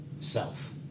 self